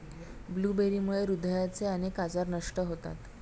ब्लूबेरीमुळे हृदयाचे अनेक आजार नष्ट होतात